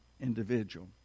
individual